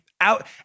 out